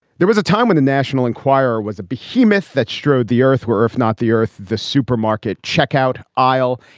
there was a time when the national enquirer was a behemoth that strode the earth where earth not the earth the supermarket checkout aisle.